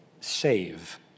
save